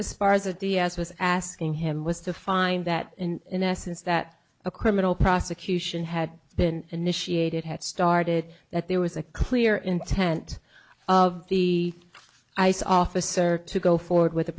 as far as the d s was asking him was to find that in essence that a criminal prosecution had been initiated had started that there was a clear intent of the ice officer to go forward with the